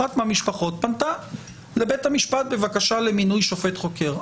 אחת המשפחות פנתה לבית המשפט בבקשה למינוי שופט חוקר.